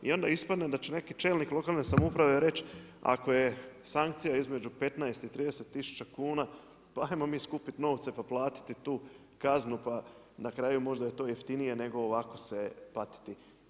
I onda ispada da će neki čelnik lokalne samouprave reći ako je sankcija između 15 i 30 tisuća kuna pa ajmo mi skupiti novce pa platiti tu kaznu pa na kraju možda je to jeftinije nego ovako se patiti.